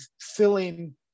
filling